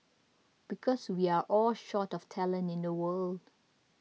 because we are all short of talent in the world